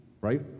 right